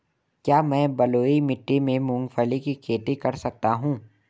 क्या मैं बलुई मिट्टी में मूंगफली की खेती कर सकता हूँ?